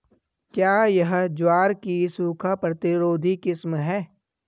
क्या यह ज्वार की सूखा प्रतिरोधी किस्म है?